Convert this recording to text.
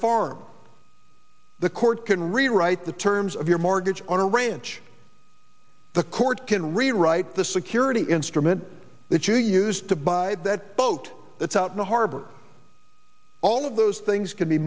farm the court can rewrite the terms of your mortgage on a ranch the court can rewrite the security instrument that you used to buy that boat that's out in the harbor all of those things can be